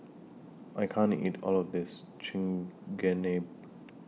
I can't eat All of This Chigenabe